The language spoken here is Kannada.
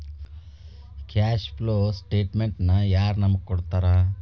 ಕ್ಯಾಷ್ ಫ್ಲೋ ಸ್ಟೆಟಮೆನ್ಟನ ಯಾರ್ ನಮಗ್ ಕೊಡ್ತಾರ?